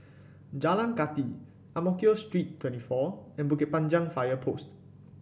Jalan Kathi Ang Mo Kio Street twenty four and Bukit Panjang Fire Post